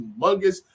humongous